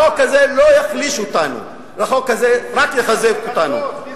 החוק הזה לא יחליש אותנו, החוק הזה רק יחזק אותנו.